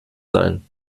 sein